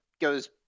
goes